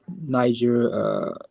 Niger